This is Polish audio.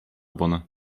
bona